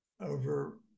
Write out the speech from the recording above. Over